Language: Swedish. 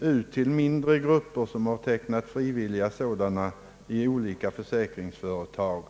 ut till mindre grupper, som tecknat frivilliga sådana i olika försäkringsföretag.